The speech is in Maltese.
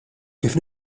kif